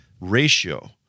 ratio